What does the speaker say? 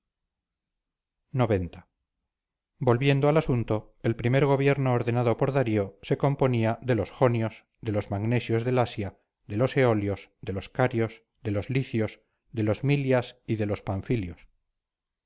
xc volviendo al asunto el primer gobierno ordenado por darío se componía de los jonios de los magnesios del asia de los eolios de los carios de los licios de los milias y de los panfilios